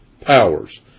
powers